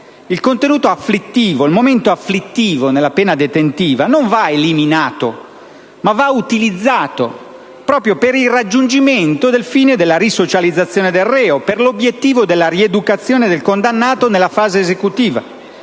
Il contenuto afflittivo della pena detentiva non va eliminato, ma utilizzato proprio per il raggiungimento del fine della risocializzazione del reo, per l'obiettivo della rieducazione del condannato nella fase esecutiva.